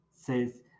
says